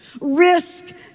Risk